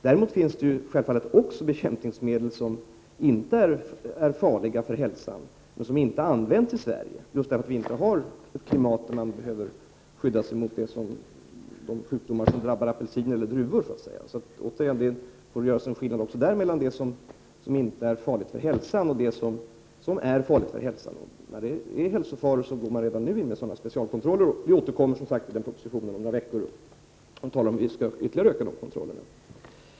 Däremot finns det självfallet också bekämpningsmedel som inte är farliga för hälsan, men som inte används i Sverige. Det kan t.ex. gälla medel som används för att bekämpa sjukdomar som drabbar apelsiner och druvor. I Sverige har vi sådana klimatförhållanden att det inte är aktuellt. Man får således göra en åtskillnad mellan det som inte är farligt för hälsan, och det som är farligt. När det är risk för hälsofaran, går man redan nu in med specialkontroller. Vi återkommer som sagt till en proposition om detta om några veckor, och talar om hur vi ytterligare skall öka kontrollen.